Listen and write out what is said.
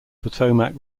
potomac